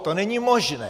To není možné.